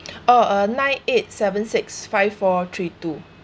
oh uh nine eight seven six five four three two